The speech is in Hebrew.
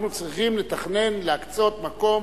אנחנו צריכים לתכנן להקצות מקום